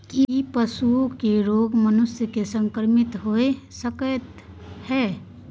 की पशुओं के रोग मनुष्य के संक्रमित होय सकते है?